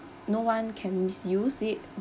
no one can misuse it